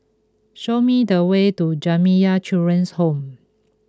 show me the way to Jamiyah Children's Home